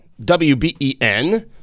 WBEN